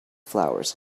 flowers